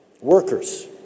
workers